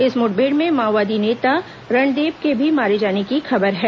इस मुठभेड़ में माओवादी नेता रणदेब के भी मारे जाने की खबर है